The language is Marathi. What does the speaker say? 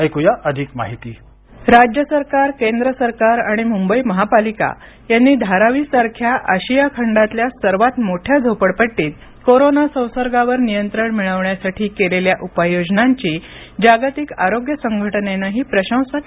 ऐक्या अधिक माहिती राज्य सरकार केंद्र सरकार आणि मुंबई महापालिका यांनी धारावीसारख्या आशिया खंडातल्या सर्वात मोठ्या झोपडपट्टीत कोरोना संसर्गावर नियंत्रण मिळवण्यासाठी केलेल्या उपाययोजनांची जागतिक आरोग्य संघटनेनंही प्रशंसा केली आहे